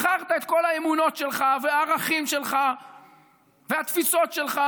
מכרת את כל האמונות שלך והערכים שלך והתפיסות שלך,